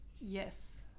Yes